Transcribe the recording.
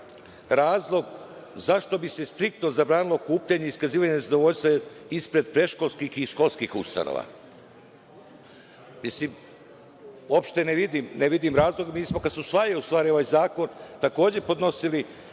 razlog zašto bi se striktno zabranilo okupljanje i iskazivanja nezadovoljstva ispred predškolskih i školskih ustanova. Mislim uopšte ne vidim razlog, mi smo kada se usvajao ovaj zakon, takođe podnosili